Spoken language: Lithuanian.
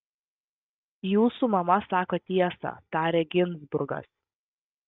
jūsų mama sako tiesą tarė ginzburgas